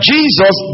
Jesus